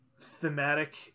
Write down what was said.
thematic